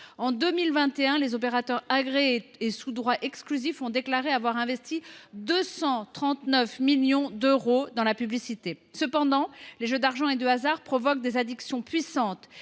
En 2021, les opérateurs agréés sous droits exclusifs ont déclaré avoir investi 239 millions d’euros dans la publicité. Cependant, les jeux d’argent et de hasard provoquent des addictions puissantes,